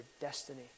destiny